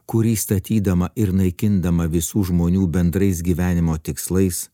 kurį statydama ir naikindama visų žmonių bendrais gyvenimo tikslais